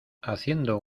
haciendo